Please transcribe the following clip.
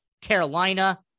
Carolina